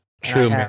true